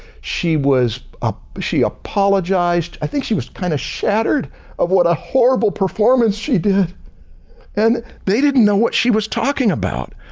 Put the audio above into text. she was ah she apologized. i think she was kind of shattered of what a horrible performance she did and they didn't know what she was talking about.